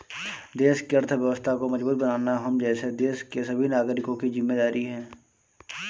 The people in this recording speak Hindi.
देश की अर्थव्यवस्था को मजबूत बनाना हम जैसे देश के सभी नागरिकों की जिम्मेदारी है